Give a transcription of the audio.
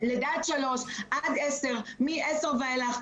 לידה עד שלוש, עד עשר, מעשר ואילך.